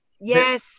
yes